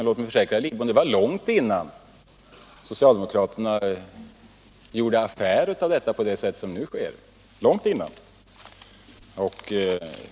Men låt mig försäkra herr Lidbom att det var långt innan socialdemokraterna gjorde affär av denna fråga på det sätt som nu har skett.